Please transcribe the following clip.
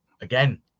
again